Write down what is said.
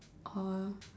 or